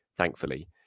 thankfully